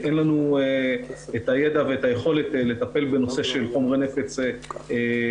אין לנו את הידע ואת היכולת לטפל בנושא חומרי נפץ ביטחוניים-צבאיים.